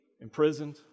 Imprisoned